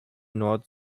nord